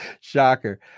Shocker